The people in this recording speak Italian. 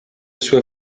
sue